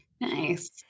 Nice